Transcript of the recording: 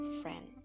friend